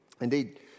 Indeed